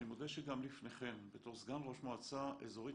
אני מודה שגם לפני כן בתור סגן ראש מועצה אזורית